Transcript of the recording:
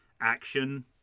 action